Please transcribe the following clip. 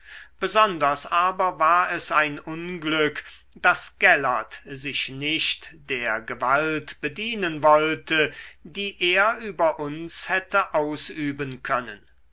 besonders aber war es ein unglück daß gellert sich nicht der gewalt bedienen wollte die er über uns hätte ausüben können